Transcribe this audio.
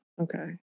Okay